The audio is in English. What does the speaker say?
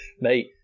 Mate